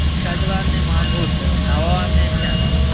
षड्वादने मा भूत् नववादने स्यात्